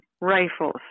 rifles